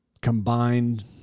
combined